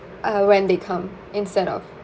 uh when they come instead of